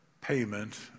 payment